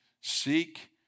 Seek